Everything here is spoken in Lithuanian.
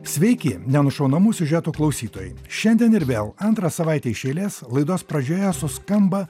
sveiki nenušaunamų siužetų klausytojai šiandien ir vėl antrą savaitę iš eilės laidos pradžioje suskamba